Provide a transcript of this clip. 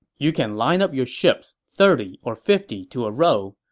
you can line up your ships thirty or fifty to a row,